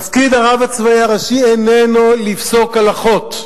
תפקיד הרב הצבאי הראשי איננו לפסוק הלכות.